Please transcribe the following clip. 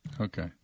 okay